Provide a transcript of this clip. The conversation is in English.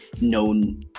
known